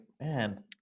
man